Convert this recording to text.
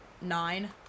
Nine